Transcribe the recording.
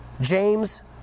James